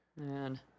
Man